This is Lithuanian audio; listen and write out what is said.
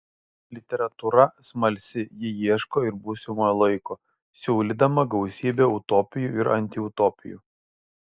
literatūra smalsi ji ieško ir būsimojo laiko siūlydama gausybę utopijų ir antiutopijų